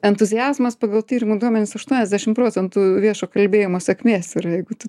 entuziazmas pagal tyrimų duomenis aštuoniasdešim procentų viešo kalbėjimo sėkmės yra jeigu tu